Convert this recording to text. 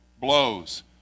blows